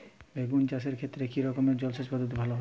বেগুন চাষের ক্ষেত্রে কি রকমের জলসেচ পদ্ধতি ভালো হয়?